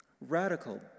Radical